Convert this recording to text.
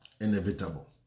Inevitable